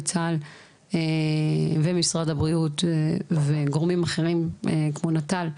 צה"ל ומשרד הבריאות וגורמים אחרים כמו נטל,